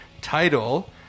title